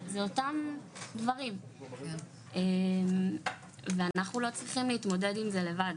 זה אותם דברים ואני לא צריכים להתמודד עם זה לבד,